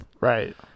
Right